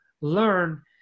learn